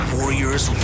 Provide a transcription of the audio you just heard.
Warrior's